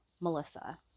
melissa